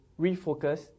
refocus